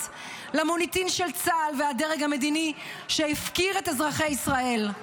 ולמוניטין של צה"ל והדרג המדיני שהפקיר את אזרחי ישראל.